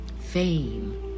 fame